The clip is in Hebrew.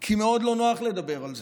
כי מאוד לא נוח לדבר על זה.